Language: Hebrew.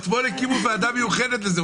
אתמול הקימו ועדה מיוחדת לעניין הקנביס.